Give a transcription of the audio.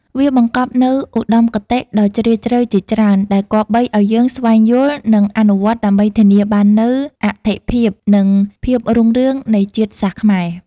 វាបង្កប់នូវឧត្តមគតិដ៏ជ្រាលជ្រៅជាច្រើន ដែលគប្បីឱ្យយើងស្វែងយល់ និងអនុវត្តដើម្បីធានាបាននូវអត្ថិភាព និងភាពរុងរឿងនៃជាតិសាសន៍ខ្មែរ។